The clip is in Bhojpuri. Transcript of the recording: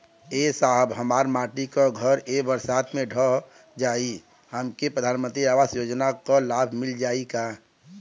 ए साहब हमार माटी क घर ए बरसात मे ढह गईल हमके प्रधानमंत्री आवास योजना क लाभ मिल जाई का?